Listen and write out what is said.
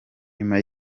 nyuma